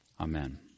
Amen